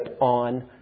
on